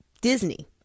Disney